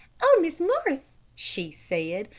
oh, mrs. morris, she said,